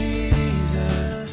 Jesus